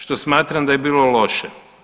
Što smatram da je bilo loše.